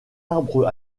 arbres